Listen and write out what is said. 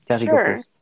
sure